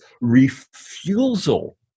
refusal